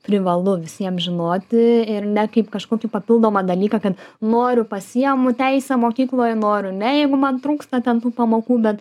privalu visiem žinoti ir ne kaip kažkokį papildomą dalyką kad noriu pasiemu teisę mokykloj noriu ne jeigu man trūksta ten tų pamokų bet